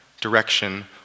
direction